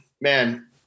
man